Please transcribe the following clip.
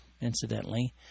incidentally